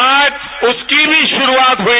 आज उसकी भी शुरूआत हई